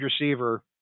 receiver